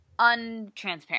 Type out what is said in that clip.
untransparent